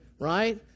Right